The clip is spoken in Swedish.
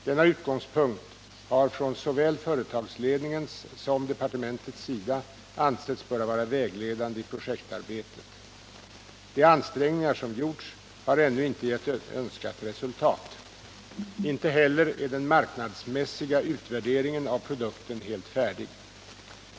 Denna utgångspunkt har från såväl företagsledningens som departementets sida ansetts böra vara vägledande i projektarbetet. De ansträngningar som gjorts har ännu inte gett önskat resultat. Ej heller är den marknadsmässiga utvärderingen av produkten helt färdig.